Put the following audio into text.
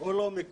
זה לא מקרה.